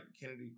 Kennedy